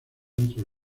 entre